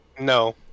No